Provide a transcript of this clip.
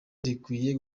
rikwiye